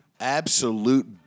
absolute